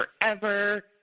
forever